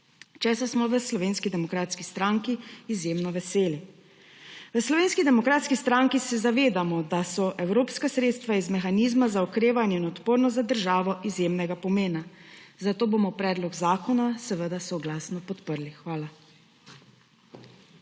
česar smo v Slovenski demokratski stranki izjemno veseli. V Slovenski demokratski stranki se zavedamo, da so evropska sredstva iz mehanizma za okrevanje in odpornost za državo izjemnega pomena, zato bomo predlog zakona seveda soglasno podprli. Hvala.